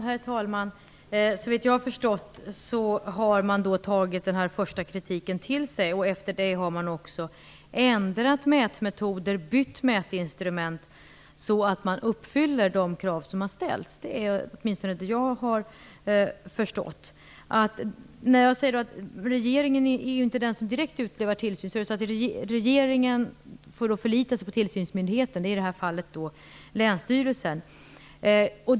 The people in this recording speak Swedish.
Herr talman! Såvitt jag har förstått har man tagit den första kritiken till sig och sedan också ändrat mätmetoder och bytt mätinstrument så att man uppfyller de krav som har ställts. Det är åtminstone vad jag har förstått. Men det är, som sagt, inte regeringen som utövar den direkta tillsynen, utan regeringen får förlita sig på tillsynsmyndigheten, i det här fallet länsstyrelsen.